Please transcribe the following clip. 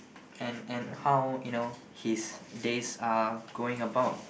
and and how you know his days are going about